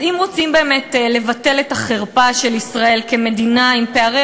אם רוצים באמת לבטל את החרפה של ישראל כמדינה עם פערי